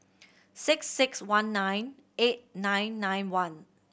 six six one nine eight nine nine one